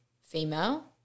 female